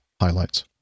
highlights